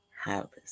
harvest